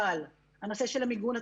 אבל הנושא של המיגון,